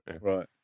Right